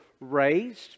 raised